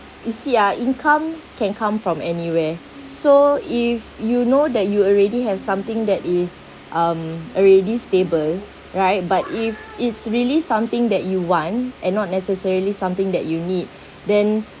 you see ah income can come from anywhere so if you know that you already have something that is um already stable right but if it's really something that you want and not necessarily something that you need then